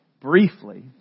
briefly